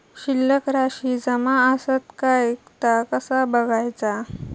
शिल्लक राशी जमा आसत काय ता कसा बगायचा?